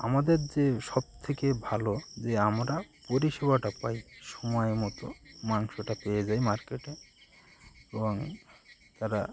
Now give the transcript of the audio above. আমাদের যে সবথেকে ভালো যে আমরা পরিষেবাটা পাই সময়মতো মাংসটা পেয়ে যাই মার্কেটে এবং তারা